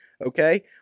Okay